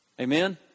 Amen